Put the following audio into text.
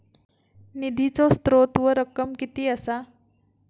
निधीचो स्त्रोत व रक्कम कीती असा?